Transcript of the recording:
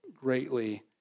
greatly